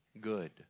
good